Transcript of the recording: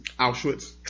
Auschwitz